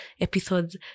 episodes